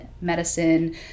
medicine